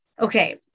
okay